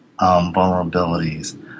vulnerabilities